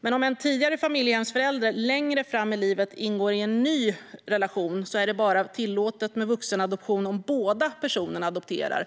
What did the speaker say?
Men om en tidigare familjehemsförälder längre fram i livet ingår i en ny relation är det bara tillåtet med vuxenadoption om båda personerna adopterar.